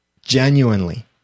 genuinely